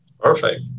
Perfect